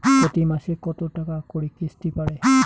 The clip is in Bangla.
প্রতি মাসে কতো টাকা করি কিস্তি পরে?